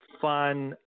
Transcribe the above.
fun